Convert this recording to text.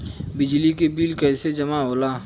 बिजली के बिल कैसे जमा होला?